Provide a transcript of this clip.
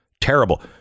terrible